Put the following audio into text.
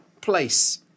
place